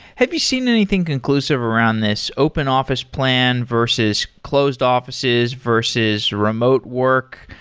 have you seen anything conclusive around this open office plan, versus closed offices, versus remote work?